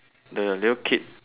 the little kid